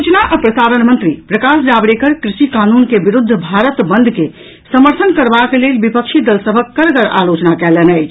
सूचना आ प्रसारण मंत्री प्रकाश जावड़ेकर कृषि कानून के विरूद्ध भारत बंद के समर्थन करबाक लेल विपक्षी दल सभक कड़गर आलोचना कयलनि अछि